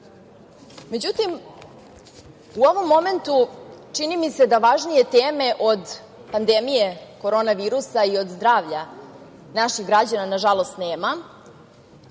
Srbije.Međutim, u ovom momentu, čini mi se da važnije teme od pandemije korona virusa i od zdravlja naših građana, nažalost, nema,